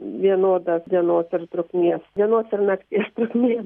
vienoda dienos ir trukmės dienos ir nakties trukmė